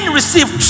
receive